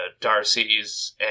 Darcy's